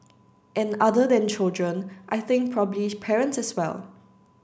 and other than children I think probably parents as well